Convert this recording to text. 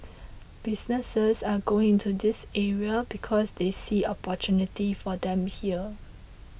businesses are going into this area because they see for them here